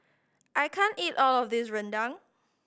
I can't eat all of this rendang